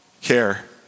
care